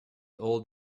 old